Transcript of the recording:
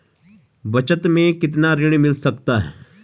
बचत मैं कितना ऋण मिल सकता है?